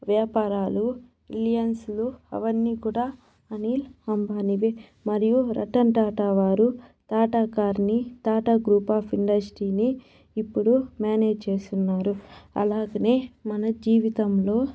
వ్యాపారాలు రిలియాన్స్ లు అవన్నీ కూడా అనిల్ అంబానీవే మరియు రతన్ టాటా వారు టాటా కారు ని టాటా గ్రూప్ ఆఫ్ ఇండస్ట్రీ ని ఇప్పుడు మేనేజ్ చేస్తున్నారు అలాగనే మన జీవితంలో